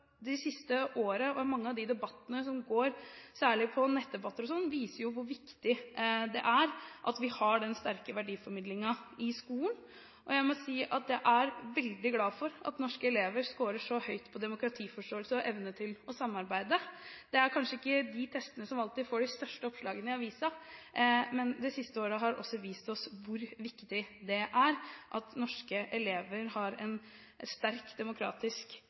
Det siste året, med mange av de debattene som går, særlig nettdebatter, viser hvor viktig det er at vi har en sterk verdiformidling i skolen. Jeg må si at jeg er veldig glad for at norske elever skårer så høyt på demokratiforståelse og evne til å samarbeide. Det er kanskje ikke de testene som alltid får de største oppslagene i avisen, men det siste året har vist oss hvor viktig det er at norske elever har en sterk demokratisk